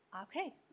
okay